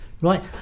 right